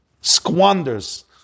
squanders